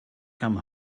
come